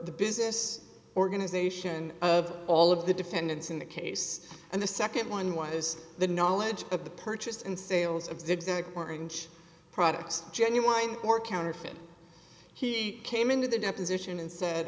the business organization of all of the defendants in the case and the nd one was the knowledge of the purchase and sales of zigzag orange products genuine or counterfeit he came into the deposition and said